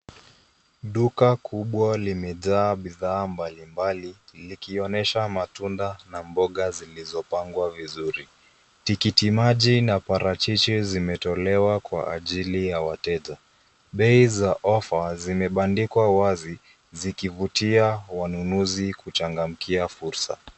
Duka kubwa limejaa bidhaa mbali mbali likionyesha matunda na mboga zilizopangwa vizuri. Tikiti maji na parachichi zimetolewa kwa ajili ya wateja. Bei za ofa zimebandikwa wazi zikivutia wanunuzi kuchangamkia fursa.